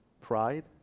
pride